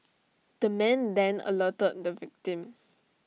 the man then alerted the victim